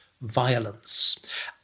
violence